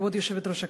כבוד היושבת-ראש,